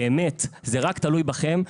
זה רק תלוי בכם,